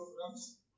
programs